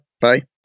Bye